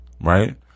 right